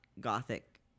gothic